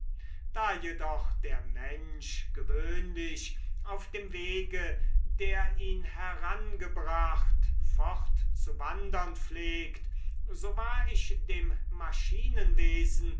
da jedoch der mensch gewöhnlich auf dem wege der ihn herangebracht fortzuwandern pflegt so war ich dem